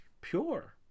pure